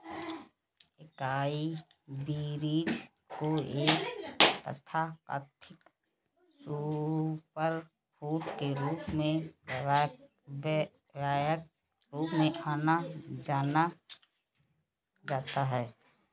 acai berries को एक तथाकथित सुपरफूड के रूप में व्यापक रूप से जाना जाता है